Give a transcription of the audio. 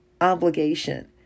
obligation